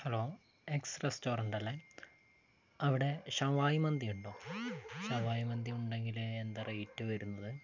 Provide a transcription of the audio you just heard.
hello X റെസ്റ്റോരൻറ്റല്ലേ അവിടെ ഷവായി മന്തിയുണ്ടോ ഷവായി മന്തി ഉണ്ടെങ്കില് എന്താ റേറ്റ് വരുന്നത്